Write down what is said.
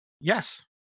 Yes